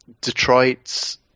Detroit's